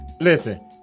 Listen